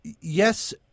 yes